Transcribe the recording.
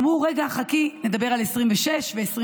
אמרו: רגע, חכי, נדבר על 26 ו-27.